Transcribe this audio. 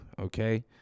Okay